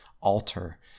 alter